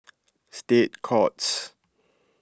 State Courts